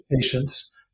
patients